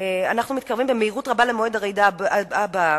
אנחנו מתקרבים במהירות למועד הרעידה הבאה.